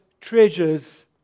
treasures